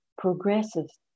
progresses